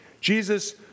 Jesus